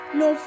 no